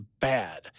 bad